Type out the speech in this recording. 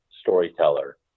storyteller